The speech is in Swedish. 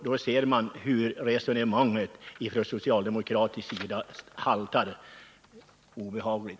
Då ser man hur socialdemokraternas resonemang haltar betänkligt.